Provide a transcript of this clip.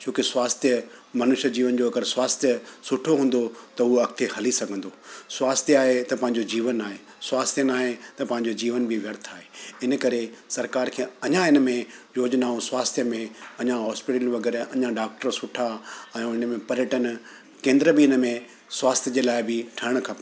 छोकी स्वास्थ्य मनुष्य जीवन जो अगरि स्वास्थ्य सुठो हूंदो त उहा अॻिते हली सघंदो स्वास्थ्य आहे त पंहिंजो जीवन आहे स्वास्थ्य न आहे त पंहिंजो जीवन बि व्यर्थ आहे इन करे सरकार खे अञां इनमें योजनाऊं स्वास्थ्य में अञां हॉस्पिटल वग़ैरह अञां डॉक्टर सुठा ऐं उनमें पर्यटन केंद्र बि इनमें स्वास्थ्य जे लाइ बि ठहणु खपनि